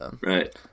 Right